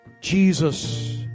Jesus